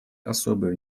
особое